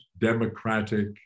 democratic